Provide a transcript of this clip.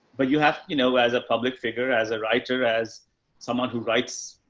but you have, you know, as a public figure, as a writer, as someone who writes,